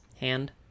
hand